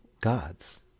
God's